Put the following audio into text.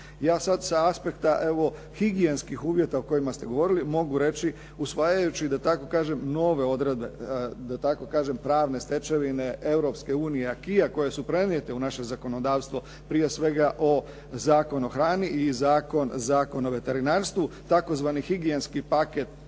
Ja sad sa aspekta evo higijenskih uvjeta o kojima ste govorili mogu reći usvajajući da tako kažem nove odredbe da tako kažem pravne stečevine Europske unije aquisa koje su prenijete u naše zakonodavstvo, prije svega Zakon o hrani i Zakon o veterinarstvu tzv. higijenski paket